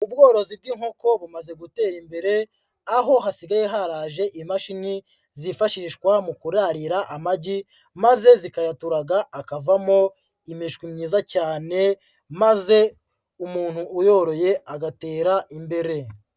Ubworozi bw'inkoko bumaze gutera imbere, aho hasigaye haraje imashini zifashishwa mu kurarira amagi, maze zikayaturaga akavamo imishwi myiza cyane, maze umuntu uyoroye agatera imbere.